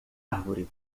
árvore